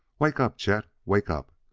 wake up, chet! wake up!